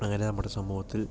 അങ്ങനെ നമ്മുടെ സമൂഹത്തിൽ